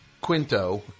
Quinto